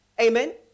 Amen